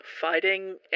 fighting